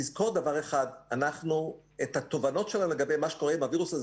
תזכור דבר אחד - את התובנות של מה שקורה עם הווירוס הזה,